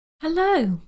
Hello